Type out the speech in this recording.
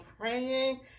praying